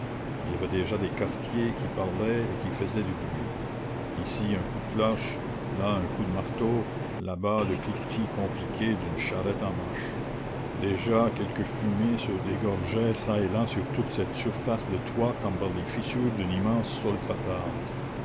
il y avait déjà des quartiers qui parlaient et qui faisaient du bruit ici un coup de cloche là un coup de marteau là-bas le cliquetis compliqué d'une charrette en marche déjà quelques fumées se dégorgeaient çà et là sur toute cette surface de toits comme par les fissures d'une immense